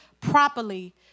properly